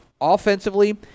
offensively